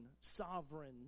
sovereign